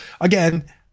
again